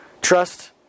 trust